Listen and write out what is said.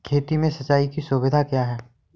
खेती में सिंचाई की सुविधा क्या है?